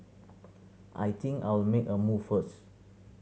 I think I'll make a move first